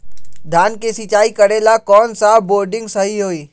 धान के सिचाई करे ला कौन सा बोर्डिंग सही होई?